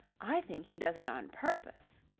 i think he does it on purpose.